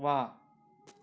ವಾಹ್